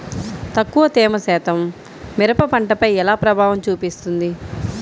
తక్కువ తేమ శాతం మిరప పంటపై ఎలా ప్రభావం చూపిస్తుంది?